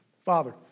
Father